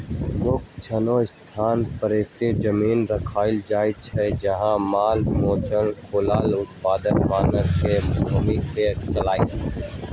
मुक्त श्रेणी स्थान परती जमिन रखल जाइ छइ जहा माल मवेशि खुलल में अप्पन मोन से घुम कऽ चरलक